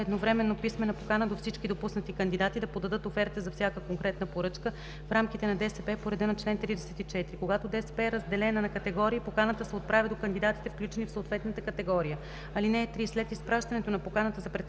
едновременно писмена покана до всички допуснати кандидати да подадат оферта за всяка конкретна поръчка в рамките на ДСП по реда на чл. 34. Когато ДСП е разделена на категории, поканата се отправя до кандидатите, включени в съответната категория. (3) След изпращането на поканата за представяне